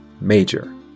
Major